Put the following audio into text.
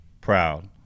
proud